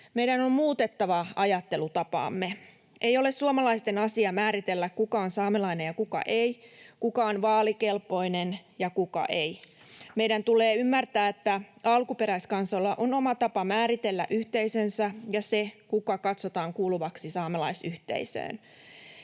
Meidän on muutettava ajattelutapaamme. Ei ole suomalaisten asia määritellä, kuka on saamelainen ja kuka ei, kuka on vaalikelpoinen ja kuka ei. Meidän tulee ymmärtää, että alkuperäiskansoilla on oma tapa määritellä yhteisönsä ja se, kuka katsotaan kuuluvaksi saamelaisyhteisöön.